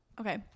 Okay